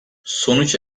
sonuç